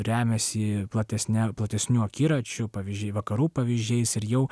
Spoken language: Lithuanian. remiasi platesne platesniu akiračiu pavyzdžiui vakarų pavyzdžiais ir jau